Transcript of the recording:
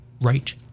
right